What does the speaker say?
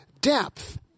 depth